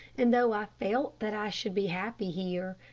and though i felt that i should be happy here,